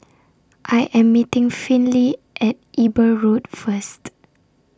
I Am meeting Finley At Eber Road First